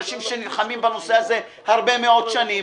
אנשים שנלחמים בנושא הזה הרבה מאוד שנים.